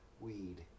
weed